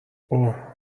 اوه